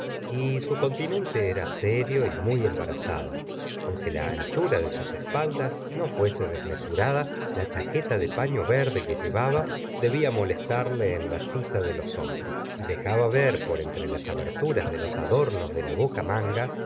y su continente era serio y muy embarazado aunque la anchura de sus espaldas no fuese desmesurada la chaqueta de palo verde que llevaba debla molestarle en la sisa de los hombros y dejaba ver por entre las aberturas de los adornos de la bocamanga